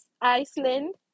Iceland